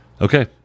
Okay